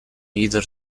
either